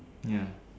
ya